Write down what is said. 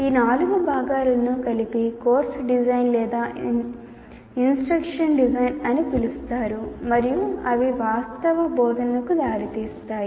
ఈ నాలుగు భాగాలను కలిపి కోర్సు డిజైన్ లేదా ఇన్స్ట్రక్షన్ డిజైన్ అని పిలుస్తారు మరియు అవి వాస్తవ బోధనకు దారితీస్తాయి